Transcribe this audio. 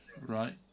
right